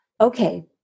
Okay